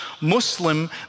Muslim